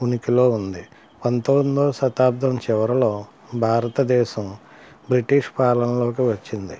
ఉనికిలో ఉంది పంతొమ్మిదవ శతాబ్దం చివరలో భారతదేశం బ్రిటిష్ పాలనలోకి వచ్చింది